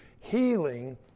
healing